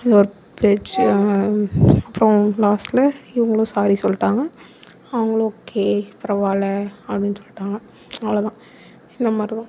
இது ஒரு பிரச்சனை அப்றம் லாஸ்டில் இவங்களும் சாரி சொல்லிவிட்டாங்க அவங்களும் ஓகே பரவாயில்ல அப்படின்னு சொல்லிவிட்டாங்க அவ்வளோ தான் இந்த மாதிரி தான்